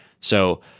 So-